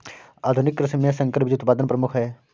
आधुनिक कृषि में संकर बीज उत्पादन प्रमुख है